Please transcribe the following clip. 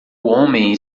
homem